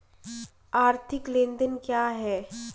आर्थिक लेनदेन क्या है?